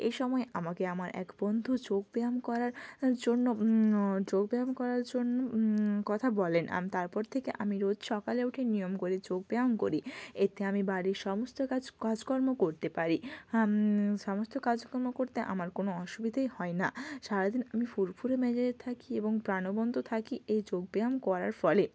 এ সময়ে আমাকে আমার এক বন্ধু যোগ ব্যায়াম করার জন্য অ যোগ ব্যায়াম করার জন্য কথা বলেন আমি তারপর থেকে আমি রোজ সকালে উঠে নিয়ম করে যোগ ব্যায়াম করি এতে আমি বাড়ির সমস্ত কাজ কাজকর্ম করতে পারি সমস্ত কাজকর্ম করতে আমার কোনো অসুবিধেই হয় না সারা দিন আমি ফুরফুরে মেজাজে থাকি এবং প্রাণবন্ত থাকি এই যোগ ব্যায়াম করার ফলে